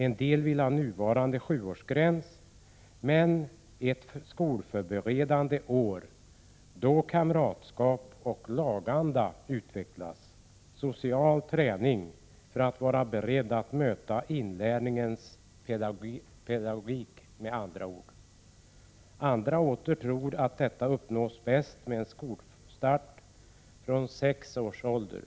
En del vill behålla den nuvarande sjuårsgränsen men ha ett skolförberedande år då kamratskap och laganda utvecklas — en social träning för att göra eleverna beredda att möta inlärningens pedagogik. Andra åter tror att detta uppnås bäst med en skolstart vid sex års ålder.